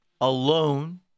alone